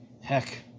heck